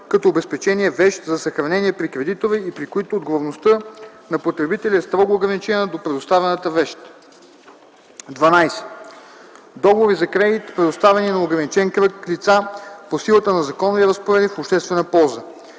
като обезпечение вещ за съхранение при кредитора и при които отговорността на потребителя е строго ограничена до предоставената вещ; 12. договори за кредит, предоставени на ограничен кръг лица по силата на законови разпоредби в обществена полза,